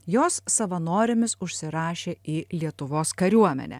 jos savanorėmis užsirašė į lietuvos kariuomenę